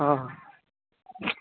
हँ